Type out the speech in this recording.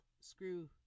Screw